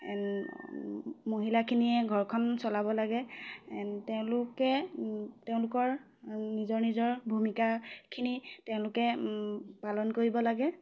মহিলাখিনিয়ে ঘৰখন চলাব লাগে তেওঁলোকে তেওঁলোকৰ নিজৰ নিজৰ ভূমিকাখিনি তেওঁলোকে পালন কৰিব লাগে